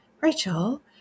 Rachel